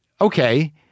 okay